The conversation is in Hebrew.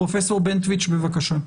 פרופ' בנטואיץ', בבקשה.